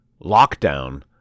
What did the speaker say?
Lockdown